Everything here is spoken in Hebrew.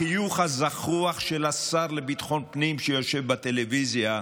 החיוך הזחוח של השר לביטחון פנים שיושב בטלוויזיה,